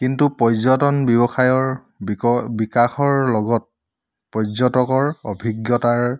কিন্তু পৰ্যটন ব্যৱসায়ৰ বিক বিকাশৰ লগত পৰ্যটকৰ অভিজ্ঞতাৰ